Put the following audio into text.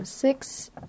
Six